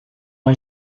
uma